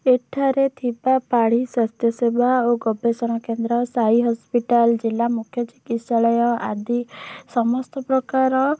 ଏଠାରେ ଥିବା ପାଢ଼ୀ ସ୍ଵାସ୍ଥ୍ୟ ସେବା ଆଉ ଗବେଷଣା କେନ୍ଦ୍ର ସାଇ ହସ୍ପିଟାଲ୍ ଜିଲ୍ଲା ମୁଖ୍ୟ ଚିକିତ୍ସାଳୟ ଆଦି ସମସ୍ତ ପ୍ରକାର